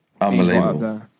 unbelievable